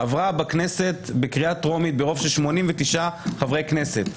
עברה בקריאה טרומית ברוב של 89 חברי כנסת.